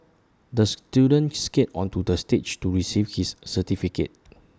the student skated onto the stage to receive his certificate